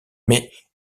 mais